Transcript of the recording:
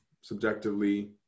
subjectively